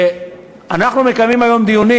אנחנו מקיימים היום דיונים